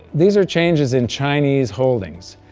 these are changes in chinese holdings.